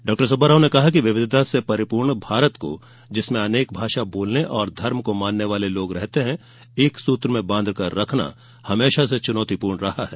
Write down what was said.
डॉ सुब्बाराव ने कहा कि विविधता से परिपूर्ण भारत को जिसमें अनेक भाषा बोलने और धर्म को मानने वाले लोग रहते हैं एक सूत्र में बाँधकर रखना हमेशा से चुनौतीपूर्ण रहा है